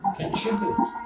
contribute